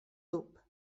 loop